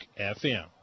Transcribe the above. FM